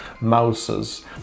mouses